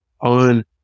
on